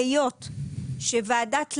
היות שוועדת ל',